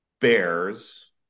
bears